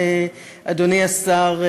אדוני השר,